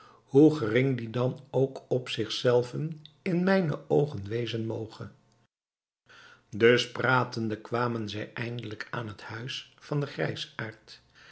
hoe gering die dan ook op zich zelven in mijne oogen wezen moge dus pratende kwamen zij eindelijk aan het huis van den